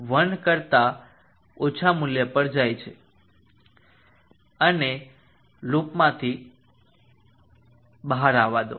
0001 કરતા ઓછા મૂલ્ય પર જાય છે તેને લૂપમાંથી બહાર આવવા દો